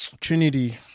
Trinity